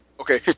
Okay